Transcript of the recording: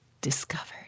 discovered